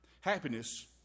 happiness